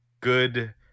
good